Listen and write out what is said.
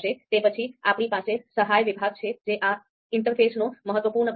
તે પછી આપણી પાસે સહાય વિભાગ છે જે આ ઇન્ટરફેસનો મહત્વપૂર્ણ ભાગ છે